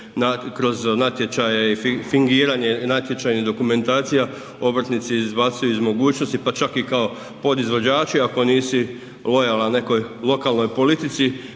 kroz natječaje i fingiranje natječajnih dokumentacija obrtnici izbacuju iz mogućnosti, pa čak i kao podizvođači, ako nisi lokalan nekoj lokalnoj politici,